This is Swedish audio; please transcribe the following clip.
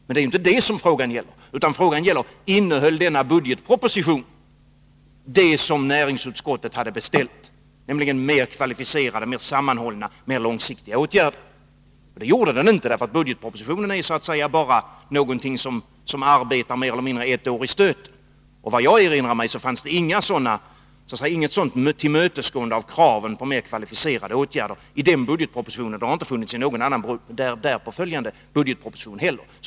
Men det är inte detta saken gäller, utan frågan är: Innehöll denna budgetproposition vad näringsutskottet hade beställt, nämligen mer kvalificerade, sammanhållna och långsiktiga åtgärder? Det gjorde budgetpropositionen inte, eftersom den är så att säga någonting som arbetar, mer eller mindre, bara ett år i stöten. Enligt vad jag erinrar mig fanns i budgetpropositionen inget tillmötesgående av kraven på mer kvalificerade åtgärder. Det har inte funnits i därpå följande budgetproposition heller.